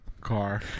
Car